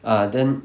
ah then